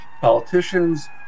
politicians